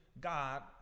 God